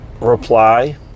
reply